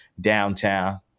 downtown